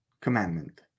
commandment